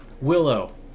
Willow